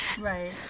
Right